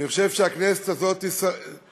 אני חושב שהכנסת הזאת תיזכר,